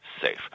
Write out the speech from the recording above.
safe